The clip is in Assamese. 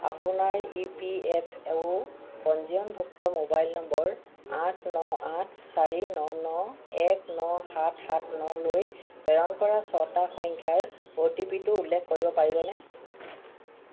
আপোনাৰ ইপিএফঅ' পঞ্জীয়নভুক্ত মোবাইল নম্বৰ আঠ ন আঠ চাৰি ন ন এক ন সাত সাত নলৈ প্ৰেৰণ কৰা ছটা সংখ্যাৰ অ'টিপিটো উল্লেখ কৰিব পাৰিবনে